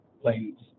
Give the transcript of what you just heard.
planes